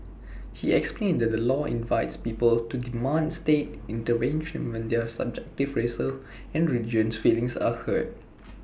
he explained that the law invites people to demand state intervention when their subjective racial and religious feelings are hurt